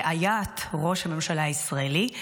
רעיית ראש הממשלה הישראלי,